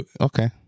okay